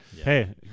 Hey